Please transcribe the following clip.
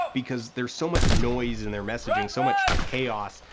because there's so much noise in their messaging, so much chaos,